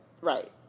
right